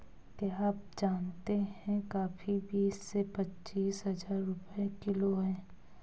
क्या आप जानते है कॉफ़ी बीस से पच्चीस हज़ार रुपए किलो है?